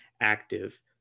active